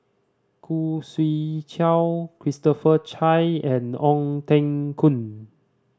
Khoo Swee Chiow Christopher Chia and Ong Teng Koon